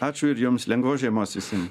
ačiū ir jums lengvos žiemos visiem